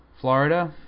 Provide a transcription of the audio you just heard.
florida